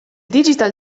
digital